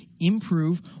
improve